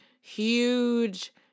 huge